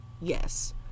yes